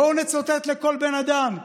בואו נצותת לכל בן אדם,